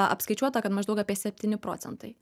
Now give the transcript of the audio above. apskaičiuota kad maždaug apie septyni procentai